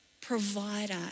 provider